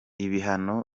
ibihano